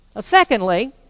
Secondly